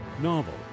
novel